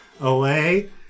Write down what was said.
away